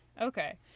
Okay